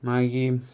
मागीर